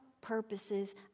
purposes